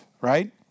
right